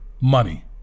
money